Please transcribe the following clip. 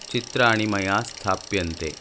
चित्राणि मया स्थाप्यन्ते